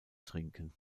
trinken